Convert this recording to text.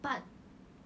but